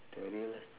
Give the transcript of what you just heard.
lah